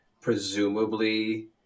presumably